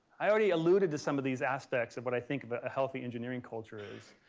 i already alluded to some of these aspects of what i think of a healthy engineering culture is.